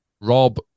Rob